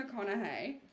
McConaughey